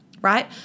right